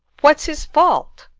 what's his fault?